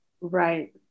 Right